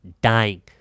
dying